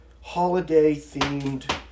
holiday-themed